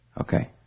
Okay